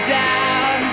down